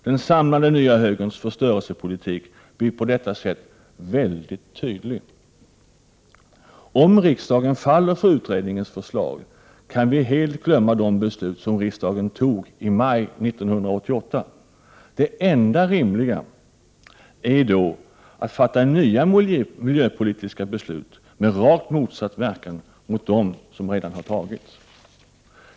Den samlade nya högerns förstörelsepolitik blir på detta sätt mycket tydlig. Om riksdagen faller för utredningens förslag kan vi helt glömma de beslut som riksdagen fattade i maj 1988. Det enda rimliga är då att fatta nya miljöpolitiska beslut med rakt motsatt verkan jämfört med de tidigare.